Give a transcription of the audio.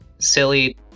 silly